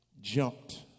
jumped